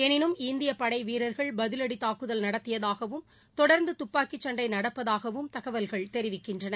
எனினும் இந்திய படை வீரர்கள் பதிலடி தாக்குதல் நடத்தியதாகவும் தொடர்ந்து துப்பாக்கிச்சண்டை நடப்பதாகவும் தகவல்கள் தெரிவிக்கின்றன